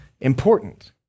important